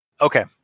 Okay